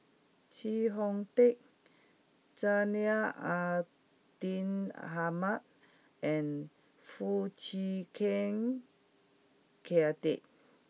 Chee Hong Tat Zainal Abidin Ahmad and Foo Chee Keng Cedric